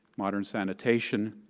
modern sanitation.